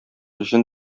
җен